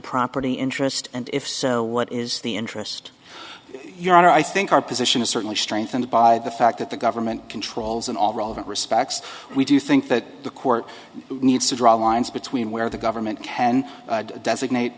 property interest and if so what is the interest your honor i think our position is certainly strengthened by the fact that the government controls in all relevant respects we do think that the court needs to draw lines between where the government can designate